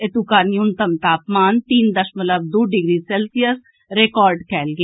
एतुका न्यूनतम तापमान तीन दशमलव दू डिग्री सेल्सियस रिकार्ड कयल गेल